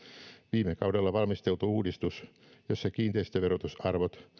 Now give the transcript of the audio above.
viime kaudella valmisteltu uudistus jossa kiinteistöverotusarvot